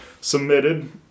Submitted